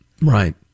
Right